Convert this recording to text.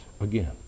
again